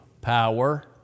power